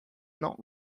not